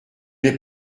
l’ai